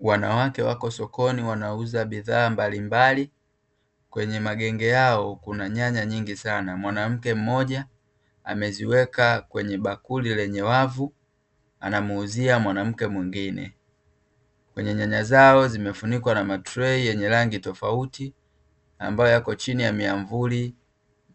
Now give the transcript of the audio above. Wanawake wako sokoni wanauza bidhaa mbalimbali, kwenye magenge yao kuna nyanya nyingi sana, mwanamke mmoja ameziweka kwenye bakuli lenye wavu anamuuzia mwanamke mwingine. Kwenye nyanya zao zimefunikwa na matrei ya rangi tofauti ambayo yapo chini ya miavuli